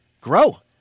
grow